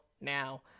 now